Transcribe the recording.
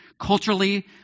culturally